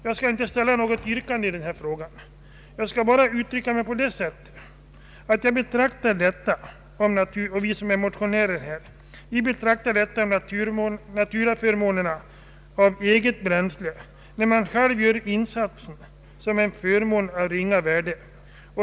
Jag skall inte ställa något yrkande i denna fråga utan bara säga, att vi motionärer betraktar dessa naturaförmåner i form av eget bränsle och där man själv gör arbetsinsatsen som en förmån av ringa värde.